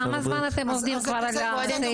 כמה זמן אתם עובדים כבר על הסעיף הזה?